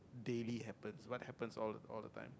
daily happens what happens all all the time